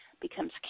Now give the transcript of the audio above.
becomes